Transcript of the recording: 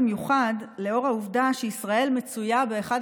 במיוחד לנוכח העובדה שישראל מצויה באחד